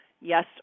yes